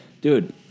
dude